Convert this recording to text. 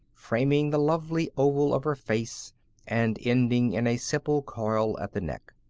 framing the lovely oval of her face and ending in a simple coil at the neck.